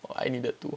orh I needed to